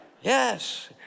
Yes